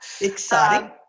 Exciting